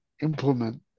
implement